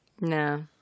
No